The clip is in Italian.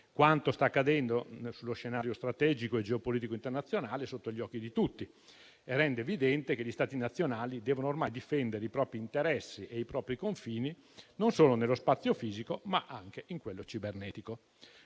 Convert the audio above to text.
Quanto sta accadendo sullo scenario strategico e geopolitico internazionale è sotto gli occhi di tutti e rende evidente che gli Stati nazionali devono ormai difendere i propri interessi e i propri confini non solo nello spazio fisico, ma anche in quello cibernetico.